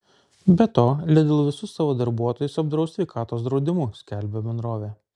be to lidl visus savo darbuotojus apdraus sveikatos draudimu skelbia bendrovė